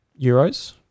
euros